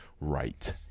right